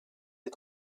des